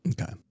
Okay